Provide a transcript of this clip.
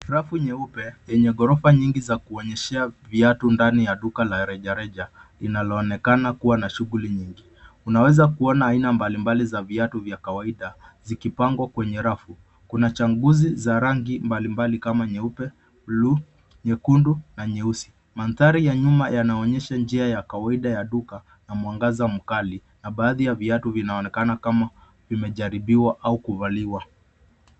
Rafu nyeupe yenye ghorofa nyingi za kuonyeshea viatu ndani ya duka la rejareja linaloonekana kuwa na shughuli nyingi. Tunaweza muona aina mbalimbali za viatu za kawaida zikipangwa kwenye rafu .Kuna chaguzi za rangi mbalimbali kama nyeupe, bluu, nyekundu na nyeusi. Mandhari ya nyuma yanaonyesha njia ya kawaida ya duka na mwangaza mkali na baadhi ya viatu vinaonekana kama vimejaribiwa au kuvaliwa.